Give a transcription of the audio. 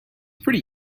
pretty